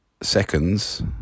seconds